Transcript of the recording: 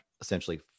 essentially